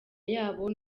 yabo